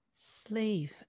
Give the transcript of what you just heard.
slave